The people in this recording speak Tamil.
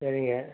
சரிங்க